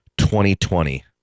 2020